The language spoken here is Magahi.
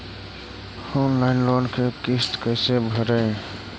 ऑनलाइन लोन के किस्त कैसे भरे?